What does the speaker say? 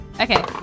okay